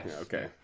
Okay